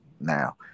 now